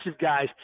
guys